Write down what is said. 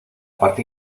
parte